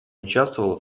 участвовала